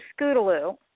Scootaloo